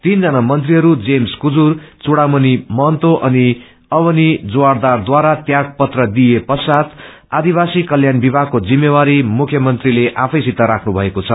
तीन जना मन्त्रीहरू जेम्स कुजुर चुड़ामणी महन्तो अनि अवनी जोआरदार द्वारा त्याग पत्र दिए पश्वात् आदिवासी कल्याण विभागको जिम्मेवारी मुख्यमन्त्रीले आफैसित राख्नु भएको छ